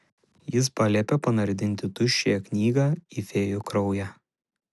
jis paliepė panardinti tuščiąją knygą į fėjų kraują